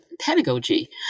pedagogy